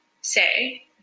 say